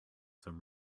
some